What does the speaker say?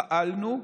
פעלנו.